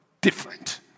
different